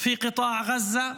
--- של עזה.